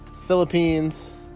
Philippines